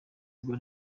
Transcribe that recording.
ubwo